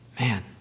man